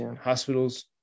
hospitals